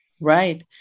Right